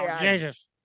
Jesus